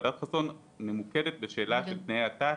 ועדת גיא חסון מתמקדת בשאלת תנאי השירות.